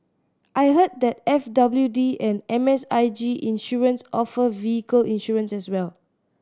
I heard that F W D and M S I G Insurance offer vehicle insurance as well